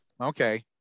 Okay